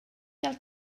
gael